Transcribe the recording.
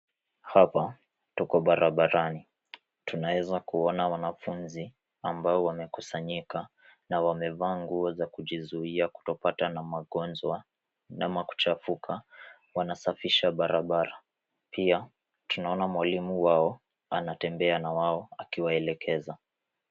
Hapa tuko barabarani. Tunaweza kuona wanafunzi ambao wamekusanyika na wamevaa nguo za kujizuia kutopatwa na magonjwa ama kuchafuka. Wanasafisha barabara. Pia tunaona mwalimu wao anatembea na wao akiwaelekeza.